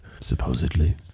Supposedly